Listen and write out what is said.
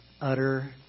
utter